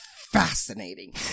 fascinating